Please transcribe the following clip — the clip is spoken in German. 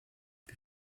wir